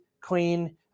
clean